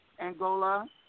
Angola